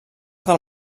del